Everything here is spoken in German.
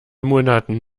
monaten